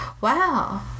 wow